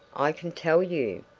i can tell you.